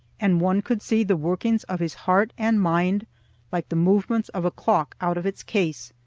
and one could see the workings of his heart and mind like the movements of a clock out of its case.